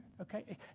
Okay